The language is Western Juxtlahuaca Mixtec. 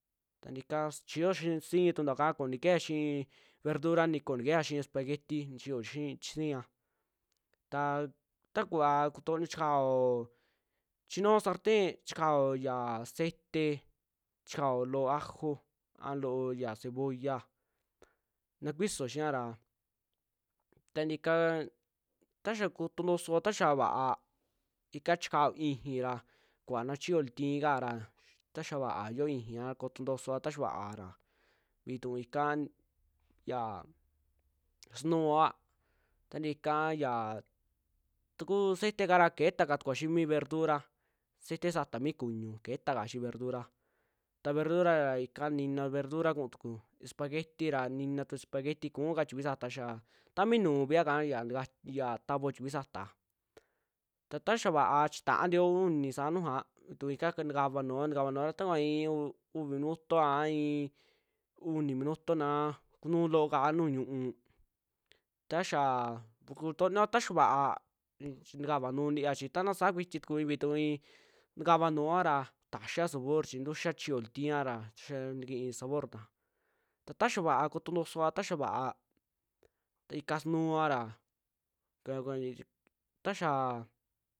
Tanti ika siichij yo si'i tuntuaka koo nikejea xii verdura ni koo nikejea xii espagueti nichiyosiia, ta takuva kutoni chikao, chinuuo sarten chikao ya aceite chikao loo ajo a loo ya cebolla na kuisoo xiaa ra, tantii ikaa taxaa kotontoso taa xaa vaa ika chiao ixii ra kuvaa na chiyoo loo tiikara ta xaa va'a yioo ixiiya aa kotontosoa ta xaa vaara vituu ika, yaa sunuoaa taa ntii ikaya tukuu ceteeka ketakatulua xii mii verdura ceite sata mi kuñu, keeta kaa xii verdura, ta verdura ra ika xiina verdura kuutuku espagueti ra, nini tu espagueti ra ku'uka tikuii saata xata mi nuuviaka ntka iyaa tavao tikui saata ta taya vaa chitaantiyo uni saa nujuaa vituu ika ntakavanua, ntakanua i'i uvi minuto a i'i uni minuto naa kunuu looka nuju ñu'u, ta xaa kutonio ta xaa va'a chi nikavaa nuu ntiya chi ta na saakuiti tuku kuivi tuu i'i ntakanuoa ra taxiaa sabor chii ntuxaa chiyoo lootia ra xaa ntaki'i sabor ikaa, taa xaa vaa kotontosoa, ta xa'a vaa ika sunuoa ra kukuni taxaa